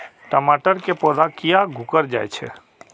टमाटर के पौधा किया घुकर जायछे?